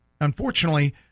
Unfortunately